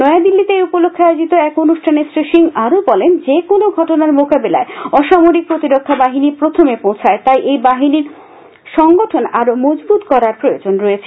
নয়া দিল্লিতে এই উপলক্ষ্যে আয়োজিত এক অনুষ্ঠানে শ্রী সিং আরও বলেন যেকোন ঘটনার মোকাবিলায় অসামরিক প্রতিরক্ষা বাহিনী প্রথম পৌঁছায় তাই এই বাহিনীর সংগঠন আরও মজবুত করার প্রয়োজন রয়েছে